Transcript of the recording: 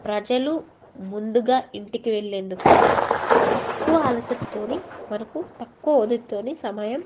ప్రజలు ముందుగా ఇంటికి వెళ్ళేందుకు తక్కువ అలసటతో మనకు తక్కువ వ్యవధితోనే సమయం